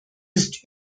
ist